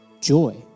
joy